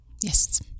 Yes